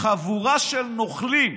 "חבורה של נוכלים.